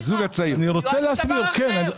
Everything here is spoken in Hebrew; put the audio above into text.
הוא מיועד לדבר אחר?